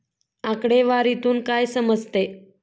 आकडेवारीतून काय समजते?